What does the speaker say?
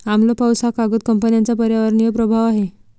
आम्ल पाऊस हा कागद कंपन्यांचा पर्यावरणीय प्रभाव आहे